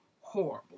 horrible